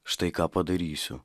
štai ką padarysiu